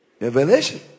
revelation